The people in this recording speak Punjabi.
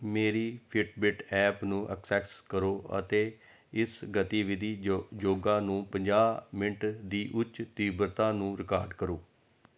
ਮੇਰੀ ਫਿਟਬਿਟ ਐਪ ਨੂੰ ਐਕਸੈਸ ਕਰੋ ਅਤੇ ਇਸ ਗਤੀਵਿਧੀ ਯੋ ਯੋਗਾ ਨੂੰ ਪੰਜਾਹ ਮਿੰਟ ਦੀ ਉੱਚ ਤੀਬਰਤਾ ਨੂੰ ਰਿਕਾਰਡ ਕਰੋ